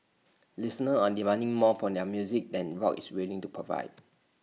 listeners are demanding more from their music than rock is willing to provide